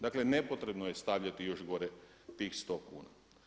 Dakle nepotrebno je stavljati još gore tih 100 kuna.